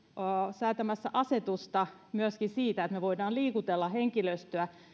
säätämässä asetusta myöskin siitä että me voimme liikutella henkilöstöä